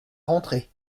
rentrer